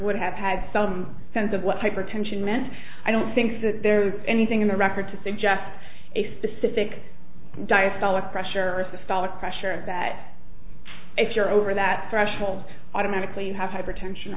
would have had some sense of what hypertension meant i don't think that there's anything in the record to suggest a specific diastolic pressure or a static pressure that if you're over that threshold automatically you have hypertension